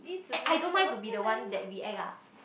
and I don't mind to be the one that react ah